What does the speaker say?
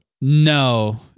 No